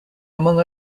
among